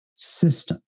system